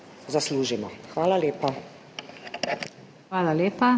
Hvala lepa.